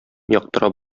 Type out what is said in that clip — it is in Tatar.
яктыра